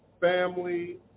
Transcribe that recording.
family